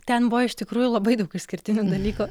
ten buvo iš tikrųjų labai daug išskirtinių dalykų